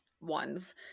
ones